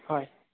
হয়